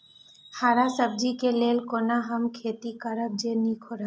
हरा सब्जी के लेल कोना हम खेती करब जे नीक रहैत?